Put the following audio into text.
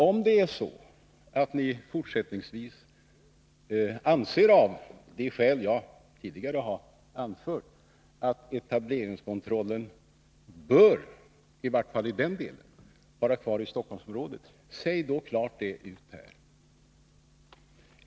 Om ni fortsättningsvis anser att etableringskontrollen bör vara kvar i Stockholmsområdet, säg då det klart ut här.